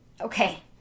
Okay